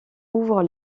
ouvre